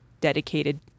dedicated